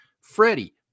Freddie